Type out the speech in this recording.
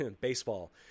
Baseball